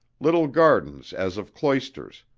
little gardens as of cloisters,